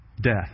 death